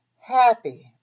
happy